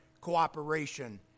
cooperation